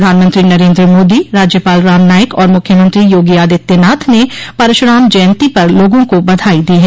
प्रधानमंत्री नरेन्द्र मोदी राज्यपाल राम नाईक और मुख्यमंत्री योगी आदित्यनाथ ने परशुराम जयन्ती पर लोगों को बधाई दी हैं